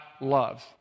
loves